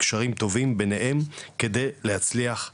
קשרים טובים ביניהם כדי להצליח יחד.